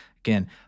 again